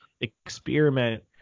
experiment